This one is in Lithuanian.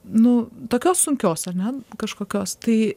nu tokios sunkios ar ne kažkokios tai